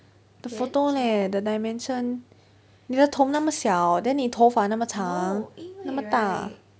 the photo leh the dimension 你的头那么小 then 你的头发什么长那么大